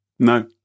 No